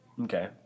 Okay